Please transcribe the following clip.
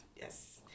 Yes